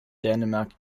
dänemark